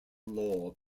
law